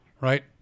Right